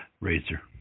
Razor